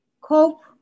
COPE